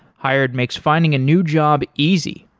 hired makes finding a new job easy.